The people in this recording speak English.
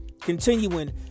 continuing